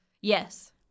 Yes